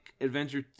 Adventure